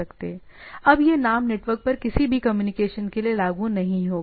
अब यह नाम नेटवर्क पर किसी भी कम्युनिकेशन के लिए लागू नहीं होगा